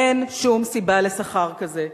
אין שום סיבה לשכר כזה.